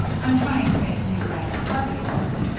i'm trying to make a new rag carpet for it,